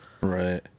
Right